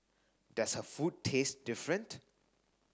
does her food taste different